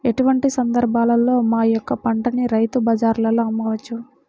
ఎటువంటి సందర్బాలలో మా యొక్క పంటని రైతు బజార్లలో అమ్మవచ్చు?